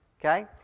Okay